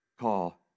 call